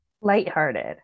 Lighthearted